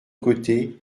côté